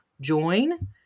join